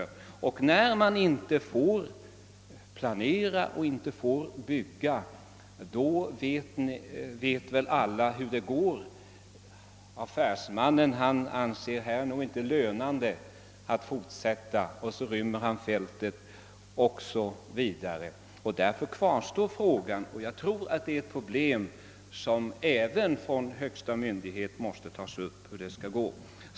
Alla vet väl hur det går, när man inte får planera och bygga. Affärsmannen anser det inte lönande att fortsätta utan rymmer fältet o.s. v. Därför kvarstår frågan: Hur skall det gå? Jag tror att det är ett problem, som måste tas upp till behandling även av den högsta myndigheten.